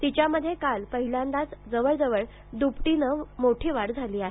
तिच्यामध्ये काल पहिल्यांदाच जवळजवळ दुपटीनं मोठी वाढ झाली आहे